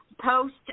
post